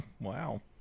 wow